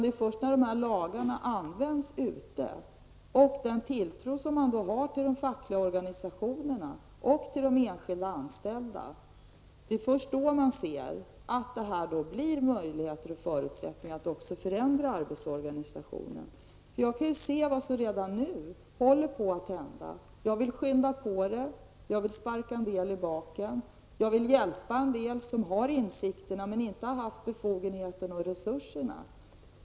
Det är först när lagarna används, och med den tilltro som man har till de fackliga organisationerna och till de enskilda anställda, som man ser möjligheterna och förutsättningarna att också förändra arbetsorganisationen. Jag kan ju se vad som redan nu håller på att hända. Jag vill skynda på det, jag vill sparka en del i baken och jag vill hjälpa dem som har insikterna men inte befogenheten och resurserna.